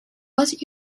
was